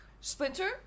Splinter